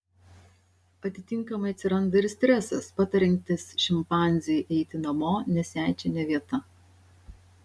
atitinkamai atsiranda ir stresas patariantis šimpanzei eiti namo nes jai čia ne vieta